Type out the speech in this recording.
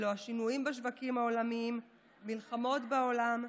אלו השינויים בשווקים העולמיים, מלחמות בעולם,